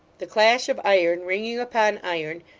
the clash of iron ringing upon iron,